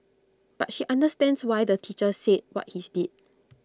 but she understands why the teacher said what he's did